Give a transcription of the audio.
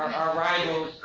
are rivaled